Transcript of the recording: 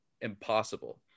impossible